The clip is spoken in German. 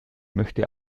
möchte